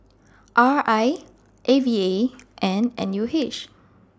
R I A V A and N U H